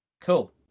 Cool